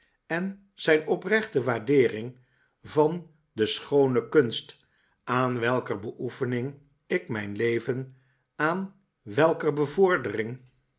en zijn oprechte waardeering van de schoone kunst aan welker beoefening ikrnijn leven aan welker bevordering